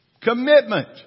Commitment